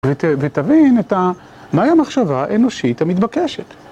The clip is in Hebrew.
ותבין מהי המחשבה האנושית המתבקשת.